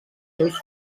seus